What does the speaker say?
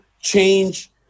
change